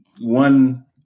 One